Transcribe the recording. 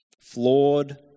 Flawed